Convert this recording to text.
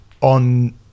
on